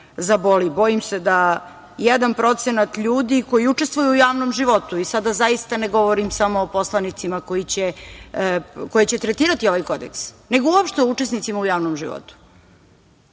se da 1% ljudi koji učestvuje u javnom životu i sada, zaista, ne govorim samo o poslanicima koje će tretirati ovaj kodeks, nego uopšte o učesnicima u javnom životu. Ne